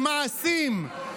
במעשים,